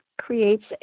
creates